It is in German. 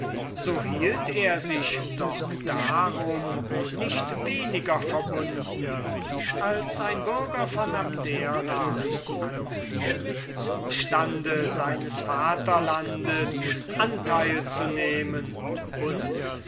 so hielt er sich doch darum nicht weniger verbunden als ein bürger von abdera an dem zustande seines vaterlandes anteil zu nehmen und